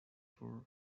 for